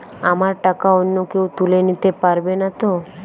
আমার টাকা অন্য কেউ তুলে নিতে পারবে নাতো?